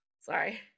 Sorry